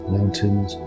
Mountains